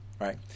right